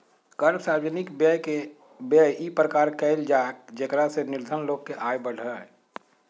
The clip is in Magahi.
कर सार्वजनिक व्यय इ प्रकार कयल जाय जेकरा से निर्धन लोग के आय बढ़य